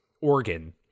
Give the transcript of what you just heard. organ